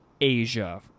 Asia